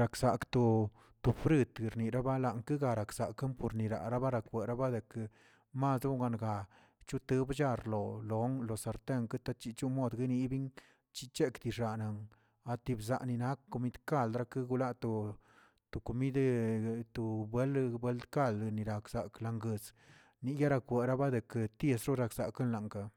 raksakꞌ to- to fruit nirabalan guigaragsakan gornirara barak barneara wadekə masonganga choto bllarlo onlong lo sarten kota chichon modguenebin chichekꞌ diixanan atitani bzaanins komid kaldrakegoꞌlato to komidee to to buele buele lkal niraksakꞌ langos, ninyara barakwa de ke tiesorakza kolangaa.